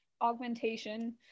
augmentation